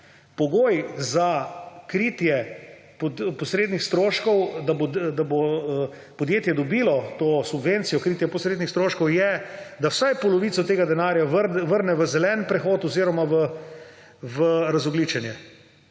pogoj za kritje posrednih stroškov, da bo podjetje dobilo to subvencijo kritja posrednih stroškov, je, da vsaj polovico tega denarja vrne v zeleni prehod oziroma v razogljičenje.